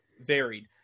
varied